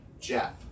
Jeff